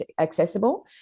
accessible